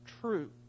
true